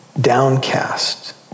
downcast